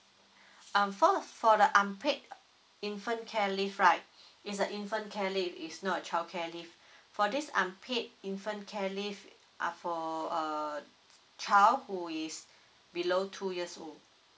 um for for the unpaid infant care leave right it's a infant care leave is not a childcare leave for this unpaid infant care leave uh for err child who is below two years old